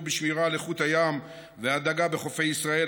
בשמירה על איכות הים והדגה בחופי ישראל,